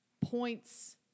points